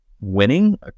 winning